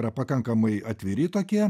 yra pakankamai atviri tokie